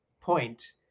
point